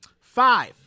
Five